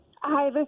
Hi